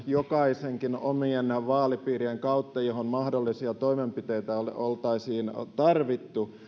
jokaisen omien vaalipiirien kautta kohtia joihin mahdollisia toimenpiteitä oltaisiin tarvittu